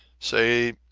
say,